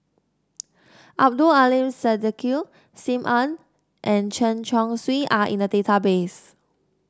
Abdul Aleem Siddique Sim Ann and Chen Chong Swee are in the database